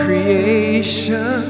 Creation